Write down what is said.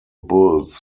bulls